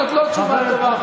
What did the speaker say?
זאת לא תשובה טובה,